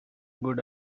good